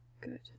Good